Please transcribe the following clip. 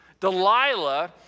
Delilah